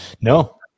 No